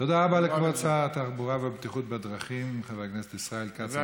תודה רבה לכבוד שר התחבורה והבטיחות בדרכים חבר הכנסת ישראל כץ.